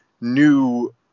new